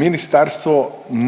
Ministarstvo